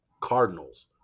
Cardinals